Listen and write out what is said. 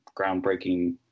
groundbreaking